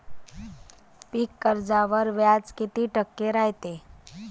पीक कर्जावर व्याज किती टक्के रायते?